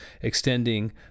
extending